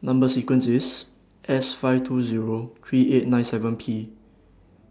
Number sequence IS S five two Zero three eight nine seven P